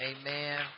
amen